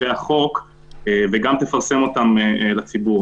סעיפי החוק, וגם תפרסם אותם לציבור.